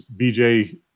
BJ